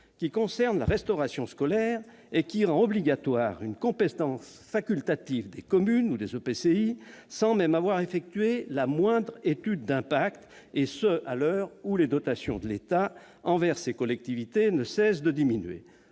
qui concerne la restauration scolaire, rend obligatoire une compétence facultative des communes, des EPCI, sans même avoir effectué la moindre étude d'impact, et ce à l'heure où les dotations de l'État envers les collectivités ne cessent de diminuer.